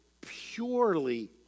purely